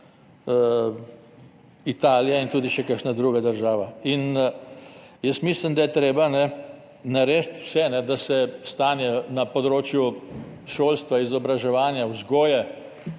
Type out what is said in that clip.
Italija in tudi še kakšna druga država. Jaz mislim, da je treba narediti vse, da se stanje na področju šolstva, izobraževanja, vzgoje,